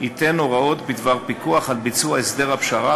ייתן הוראות בדבר פיקוח על ביצוע הסדר הפשרה